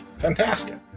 fantastic